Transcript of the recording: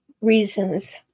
reasons